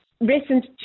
Recent